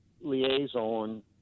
liaison